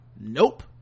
nope